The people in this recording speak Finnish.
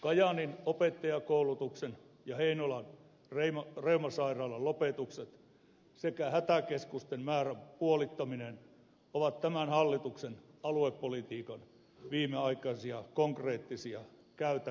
kajaanin opettajankoulutuksen ja heinolan reumasairaalan lopetukset sekä hätäkeskusten määrän puolittaminen ovat tämän hallituksen aluepolitiikan viimeaikaisia konkreettisia käytännön toimenpiteitä